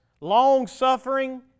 long-suffering